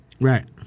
Right